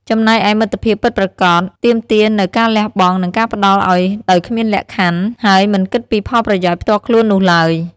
ចំណែកឯ មិត្តភាពពិតប្រាកដទាមទារនូវការលះបង់ និងការផ្តល់ឲ្យដោយគ្មានលក្ខខណ្ឌ ហើយមិនគិតពីផលប្រយោជន៍ផ្ទាល់ខ្លួននោះឡើយ។